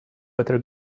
better